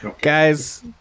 Guys